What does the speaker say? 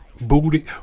booty